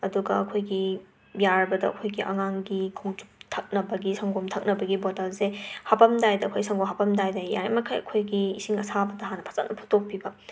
ꯑꯗꯨꯒ ꯑꯈꯣꯏꯒꯤ ꯌꯥꯔꯕꯗ ꯑꯈꯣꯏꯒꯤ ꯑꯉꯥꯡꯒꯤ ꯈꯣꯡꯆꯨꯞ ꯊꯛꯅꯕꯒꯤ ꯁꯪꯒꯣꯝ ꯊꯛꯅꯕꯒꯤ ꯕꯣꯇꯜꯁꯦ ꯍꯥꯄꯝꯗꯥꯏꯗ ꯑꯩꯈꯣꯏ ꯁꯪꯒꯣꯝ ꯍꯥꯄꯝꯗꯥꯏꯗ ꯌꯥꯔꯤꯃꯈꯩ ꯑꯩꯈꯣꯏꯒꯤ ꯏꯁꯤꯡ ꯑꯁꯥꯕꯗ ꯍꯥꯟꯅ ꯐꯖꯅ ꯐꯨꯠꯇꯣꯛꯄꯤꯕ